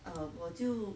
err 我就